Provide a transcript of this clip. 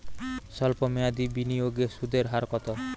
সল্প মেয়াদি বিনিয়োগে সুদের হার কত?